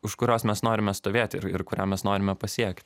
už kurios mes norime stovėti ir ir kurią mes norime pasiekt